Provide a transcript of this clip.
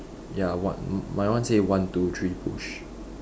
ya what m~ my one say one two three push